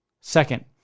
Second